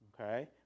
okay